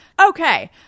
Okay